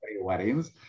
weddings